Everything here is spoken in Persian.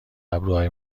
ابروهای